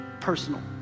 personal